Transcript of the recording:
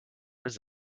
what